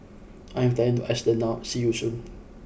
I am flying to Iceland now see you soon